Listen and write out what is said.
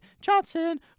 Johnson